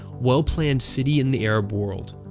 well-planned city in the arab world.